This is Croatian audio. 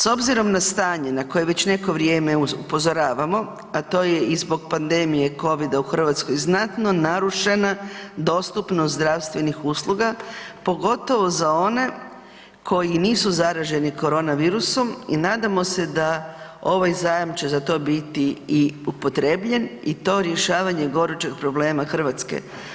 S obzirom na stanje na koje već neko vrijeme upozoravamo, a to je i zbog pandemije Covida u Hrvatskoj, znatno narušena dostupnost zdravstvenih usluga pogotovo za one koji nisu zaraženi korona virusom i nadamo se da ovaj zajam će za to biti i upotrijebljen i to rješavanje gorućeg problema Hrvatske.